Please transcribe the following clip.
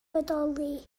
bodoli